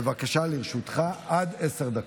בבקשה, לרשותך עד עשר דקות,